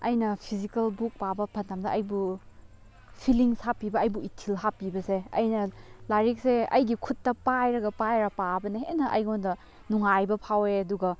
ꯑꯩꯅ physical book ꯄꯥꯕ ꯃꯇꯝꯗ ꯑꯩꯕꯨ ꯐꯤꯂꯤꯡꯁ ꯍꯥꯞꯄꯤꯕ ꯑꯩꯕꯨ ꯏꯊꯤꯜ ꯍꯥꯞꯄꯤꯕꯁꯦ ꯑꯩꯅ ꯂꯥꯏꯔꯤꯛꯁꯦ ꯑꯩꯒꯤ ꯈꯨꯠꯇ ꯄꯥꯏꯔꯒ ꯄꯥꯏꯔ ꯄꯥꯕꯅ ꯍꯦꯟꯅ ꯑꯩꯉꯣꯟꯗ ꯅꯨꯡꯉꯥꯏꯕ ꯐꯥꯎꯋꯦ ꯑꯗꯨꯒ